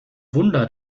wunder